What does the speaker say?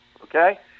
Okay